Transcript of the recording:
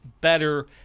better